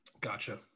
gotcha